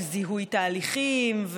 על זיהוי תהליכים,